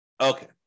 Okay